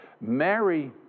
Mary